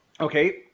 Okay